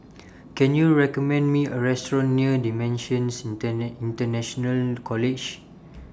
Can YOU recommend Me A Restaurant near DImensions International College